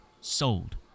sold